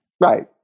Right